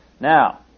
Now